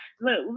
Look